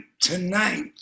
tonight